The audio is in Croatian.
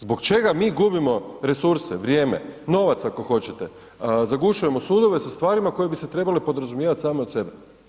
Zbog čega mi gubimo resurse, vrijeme, novac ako hoćete, zagušujemo sudove sa stvarima koje bi se trebale podrazumijevat same od sebe.